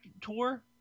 tour